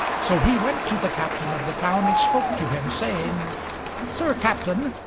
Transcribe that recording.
so he went to the captain of the town and spoke to him, saying sir captain,